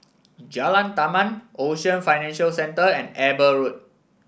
Jalan Taman Ocean Financial Centre and Eber Road